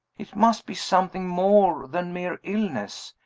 it must be something more than mere illness.